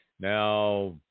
Now